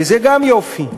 וזה גם יופי,